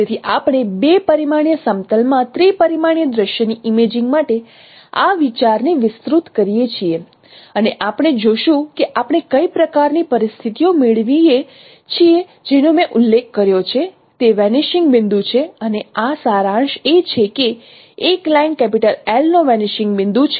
તેથી આપણે બે પરિમાણીય સમતલમાં ત્રિ પરિમાણીય દ્રશ્યની ઇમેજિંગ માટે આ વિચારને વિસ્તૃત કરીએ છીએ અને આપણે જોશું કે આપણે કઈ પ્રકાર ની પરિસ્થિતિઓ મેળવીએ છીએ જેનો મેં ઉલ્લેખ કર્યો છે તે વેનીશિંગ બિંદુ છે અને આ સારાંશ એ છે કે એક લાઇન L નો વેનીશિંગ બિંદુ છે